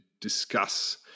discuss